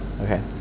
okay